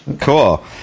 Cool